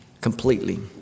completely